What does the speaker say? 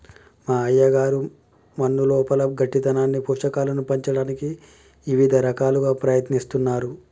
మా అయ్యగారు మన్నులోపల గట్టితనాన్ని పోషకాలను పంచటానికి ఇవిద రకాలుగా ప్రయత్నిస్తున్నారు